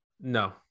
No